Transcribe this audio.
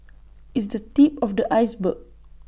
it's the tip of the iceberg